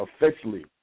officially